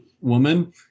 woman